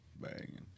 Banging